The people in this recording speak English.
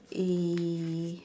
err